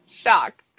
Shocked